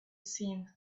seen